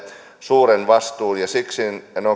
suuren vastuun ja siksi en